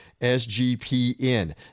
SGPN